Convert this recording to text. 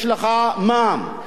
יש לך מע"מ,